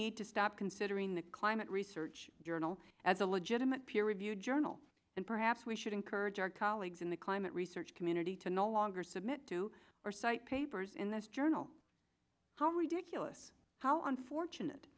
need to stop considering the climate research journal as a legitimate peer reviewed journal and perhaps we should encourage our colleagues in the climate research community to no longer submit to or cite papers in this journal how we do kilis how unfortunate